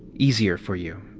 easier for you.